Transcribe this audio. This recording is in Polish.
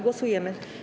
Głosujemy.